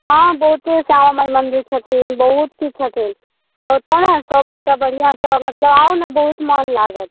हँ बहुत्ते सारा माइ मन्दिर छथिन बहुत चीज छथिन आओर ओत्तऽ ने सबगोटा बढ़िआँसँ मतलब आउ ने बहुत मन लागत